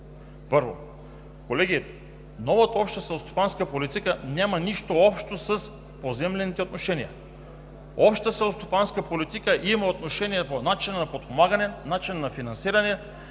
Първо, колеги, новата Обща селскостопанска политика няма нищо общо с поземлените отношения. Общата селскостопанска политика има отношение по начина на подпомагане, начина на финансиране,